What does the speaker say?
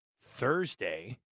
Thursday